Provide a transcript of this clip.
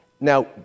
Now